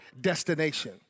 destination